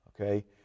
Okay